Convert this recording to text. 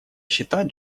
считать